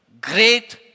great